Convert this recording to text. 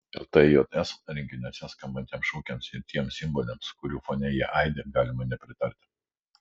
ltjs renginiuose skambantiems šūkiams ir tiems simboliams kurių fone jie aidi galima nepritarti